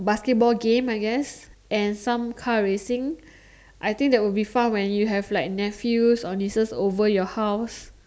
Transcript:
basketball game I guess and some kind car racing I think that would be fun when you have like nephew or nieces over your house